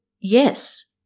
yes